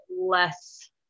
less